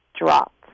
dropped